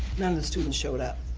none of the students showed up.